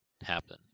happen